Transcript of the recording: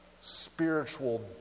spiritual